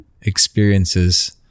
experiences